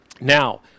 Now